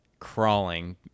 crawling